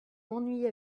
m’ennuyez